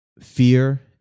fear